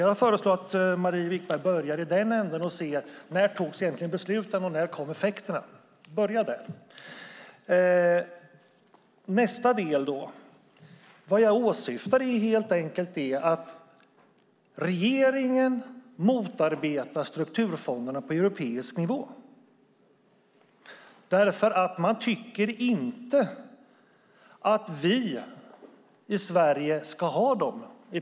Jag föreslår att Marie Wickberg börjar i den änden att hon ser efter när besluten fattades och när effekterna kom. Börja där! Vad jag åsyftar är att regeringen motarbetar strukturfonderna på europeisk nivå. Man tycker inte att vi i Sverige ska ha dem.